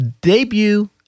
Debut